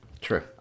True